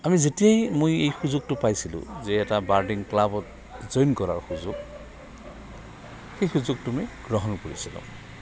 আমি যেতিয়াই মই এই সুযোগটো পাইছিলোঁ যে এটা বাৰ্ডিং ক্লাবত জইন কৰাৰ সুযোগ সেই সুযোগটোত আমি গ্ৰহণ কৰিছিলোঁ